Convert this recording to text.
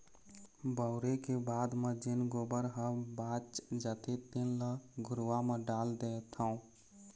बउरे के बाद म जेन गोबर ह बाच जाथे तेन ल घुरूवा म डाल देथँव